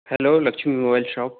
hello Lakshmi mobile shop